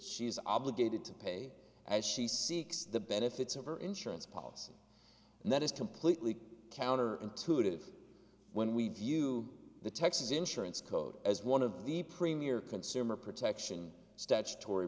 is obligated to pay as she seeks the benefits of her insurance policy and that is completely counter intuitive when we view the texas insurance code as one of the premier consumer protection statutory